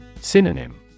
Synonym